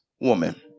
woman